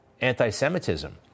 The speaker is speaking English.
anti-Semitism